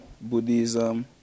Buddhism